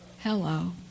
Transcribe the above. Hello